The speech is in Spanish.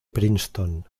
princeton